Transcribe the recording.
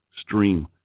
stream